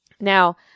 Now